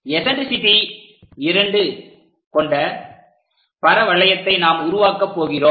எஸன்டர்சிட்டி 2 கொண்ட பரவளையத்தை நாம் உருவாக்கப் போகிறோம்